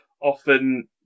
often